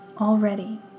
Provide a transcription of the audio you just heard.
Already